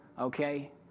Okay